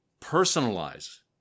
personalize